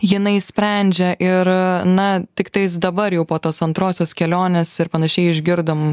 jinai sprendžia ir na tiktais dabar jau po tos antrosios kelionės ir panašiai išgirdom